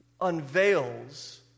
unveils